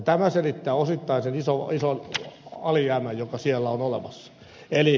tämä selittää osittain sen ison alijäämän joka siellä on olemassa